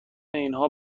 اینها